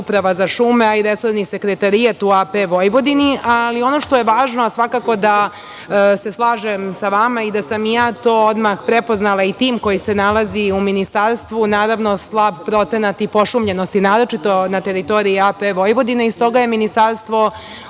Uprava za šuma, a i resorni sekretarijat u AP Vojvodini. Ono što je važno, a svakako da se slažem sa vama i da sam i ja to odmah prepoznala i tim koji se nalazi u Ministarstvu, naravno slab procenat pošumljenosti, naročito na teritoriji AP Vojvodine. Stoga je ministarstvo